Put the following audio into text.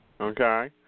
Okay